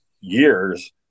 years